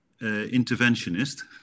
interventionist